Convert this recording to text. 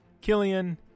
Killian